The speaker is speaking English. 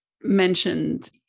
mentioned